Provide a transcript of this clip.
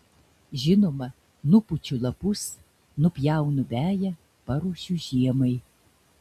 žinoma nupučiu lapus nupjaunu veją paruošiu žiemai